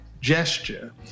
gesture